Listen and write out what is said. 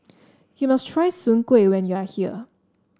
you must try Soon Kueh when you are here